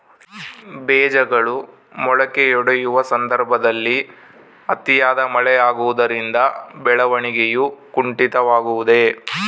ಬೇಜಗಳು ಮೊಳಕೆಯೊಡೆಯುವ ಸಂದರ್ಭದಲ್ಲಿ ಅತಿಯಾದ ಮಳೆ ಆಗುವುದರಿಂದ ಬೆಳವಣಿಗೆಯು ಕುಂಠಿತವಾಗುವುದೆ?